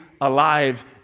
alive